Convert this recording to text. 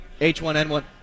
H1N1